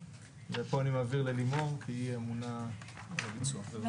ופה אני מעביר ללימור כי היא אמונה על הביצוע,